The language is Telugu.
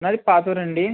నాది పాతూరు అండి